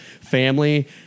family